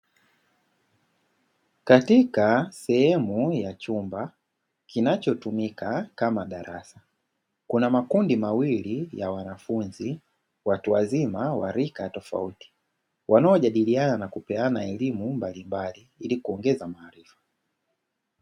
Katika sehemu ya chumba kinachotumika kama darasa kuna makundi mawili ya wanafunzi watu wazima wa rika tofauti, wanaojadiliana na kupeana elimu mbalimbali ili kuongeza maarifa.